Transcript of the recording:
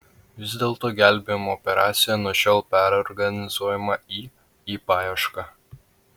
vis dėlto gelbėjimo operacija nuo šiol perorganizuojama į į paiešką